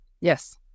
yes